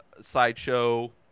sideshow